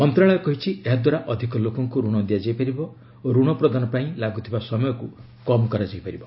ମନ୍ତ୍ରଣାଳୟ କହିଛି ଏହାଦ୍ୱାରା ଅଧିକ ଲୋକଙ୍କୁ ରଣ ଦିଆଯାଇ ପାରିବ ଓ ଋଣ ପ୍ରଦାନ ପାଇଁ ଲାଗୁଥିବା ସମୟକୁ କମ୍ କରାଯାଇପାରିବ